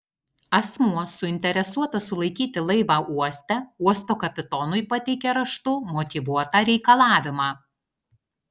asmuo suinteresuotas sulaikyti laivą uoste uosto kapitonui pateikia raštu motyvuotą reikalavimą